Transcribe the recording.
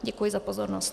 Děkuji za pozornost.